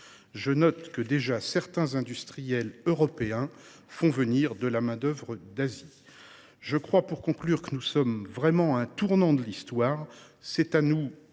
Je note que déjà certains industriels européens font venir de la main d’œuvre d’Asie. Pour conclure, nous sommes clairement à un tournant de l’Histoire.